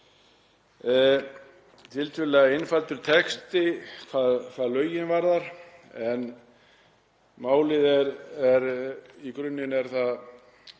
Tiltölulega einfaldur texti hvað lögin varðar en málið er í grunninn